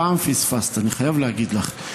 הפעם פספסת, אני חייב להגיד לך.